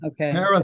Okay